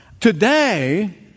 Today